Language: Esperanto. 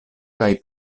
kaj